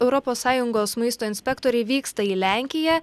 europos sąjungos maisto inspektoriai vyksta į lenkiją